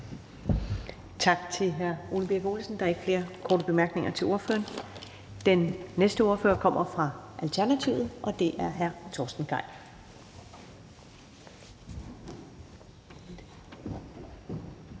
Tak til hr. Ole Birk Olesen. Der er ikke flere korte bemærkninger til ordføreren. Den næste ordfører kommer fra Alternativet, og det er hr. Torsten Gejl.